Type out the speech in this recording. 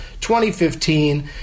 2015